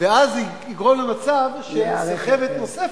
ואז זה יגרום למצב שתהיה סחבת נוספת.